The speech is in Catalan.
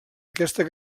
aquesta